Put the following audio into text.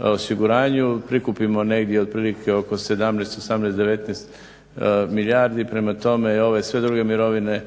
osiguranju. Prikupimo negdje otprilike oko 17, 18, 19 milijardi, prema tome ove sve druge mirovine